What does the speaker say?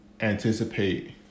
anticipate